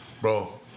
Bro